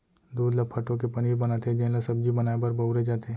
दूद ल फटो के पनीर बनाथे जेन ल सब्जी बनाए बर बउरे जाथे